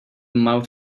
mouth